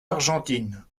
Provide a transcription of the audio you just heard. argentine